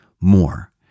more